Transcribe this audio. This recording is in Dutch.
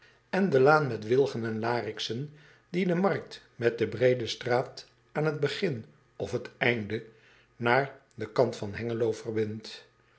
en de laan met wilgen en lariksen die de markt met de breede straat aan het begin of het einde naar den kant van engelo verbindt